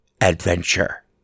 Adventure